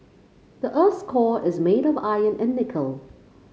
the earth's core is made of iron and nickel